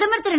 பிரதமர் திரு